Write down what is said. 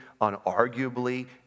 unarguably